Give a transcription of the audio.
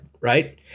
right